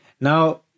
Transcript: Now